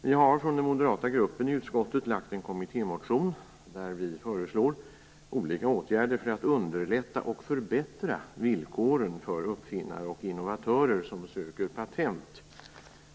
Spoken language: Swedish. Vi har från den moderata gruppen i utskottet lagt fram en kommittémotion i vilken vi föreslår olika åtgärder för att underlätta och förbättra villkoren för uppfinnare och innovatörer som söker patent.